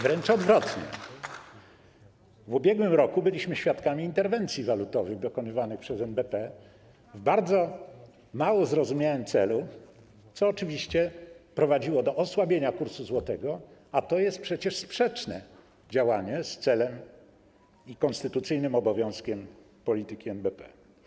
Wręcz odwrotnie, w ubiegłym roku byliśmy świadkami interwencji walutowych dokonywanych przez NBP w bardzo mało zrozumiałym celu, co oczywiście prowadziło do osłabienia kursu złotego, a to jest przecież działanie sprzeczne z celem polityki i konstytucyjnym obowiązkiem NBP.